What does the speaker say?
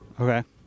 Okay